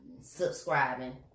subscribing